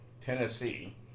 Tennessee